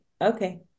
okay